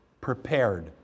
prepared